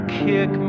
kick